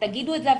אבל